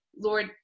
Lord